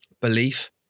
belief